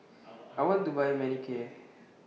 I want to Buy Manicare